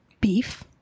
beef